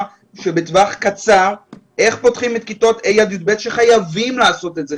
בטווח קצר איך פותחים את כיתות ה' י"ב שחייבים לעשות את זה,